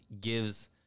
gives